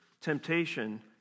temptation